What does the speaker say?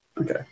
Okay